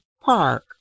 Park